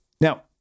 Now